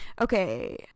Okay